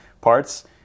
parts